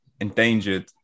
endangered